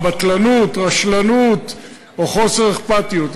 בטלנות, רשלנות או חוסר אכפתיות.